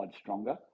stronger